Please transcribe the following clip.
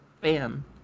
Bam